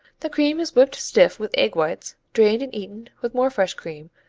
the cream is whipped stiff with egg whites, drained and eaten with more fresh cream,